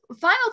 final